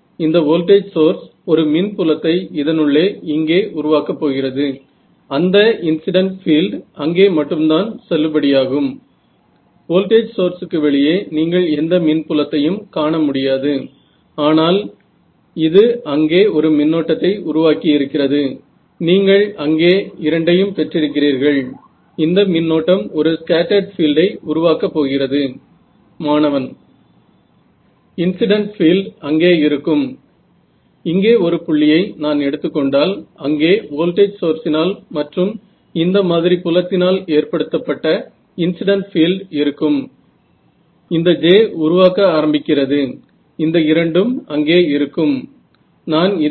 तर ज्या गोष्टींमध्ये तुम्हाला कुतुहल आहे तिथे तुम्हाला अशा प्रकारची तडजोड करावी लागेल जर मला स्तनांच्या कर्करोगाच्या शोधामध्ये रस आहे तर मी एक निरोगी टिशू आणि कर्करोगग्रस्त टिशू यामधला फरक सांगण्यासाठी समर्थ असले पाहिजे आणि ही एक अस्पष्ट गोष्ट नाही बरोबर आहे कारण जर तूम्ही वैद्यांना ही चुकीची माहीती दिलीत तर ते चूकीचा भाग